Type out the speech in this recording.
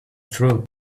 through